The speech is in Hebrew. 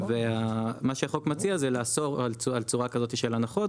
מה שהחוק מציע זה לאסור על צורה כזאת של הנחות,